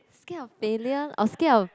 scared of failure or scared of